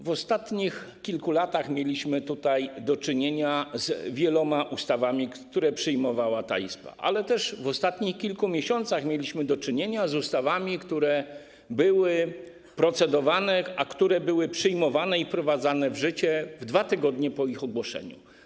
W ostatnich kilku latach mieliśmy do czynienia z wieloma ustawami, które przyjmowała ta Izba, ale też w ostatnich kilku miesiącach mieliśmy do czynienia z ustawami, nad którymi procedowaliśmy, a które były przyjmowane i wprowadzane w życie w 2 tygodnie po ich ogłoszeniu.